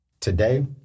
today